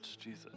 Jesus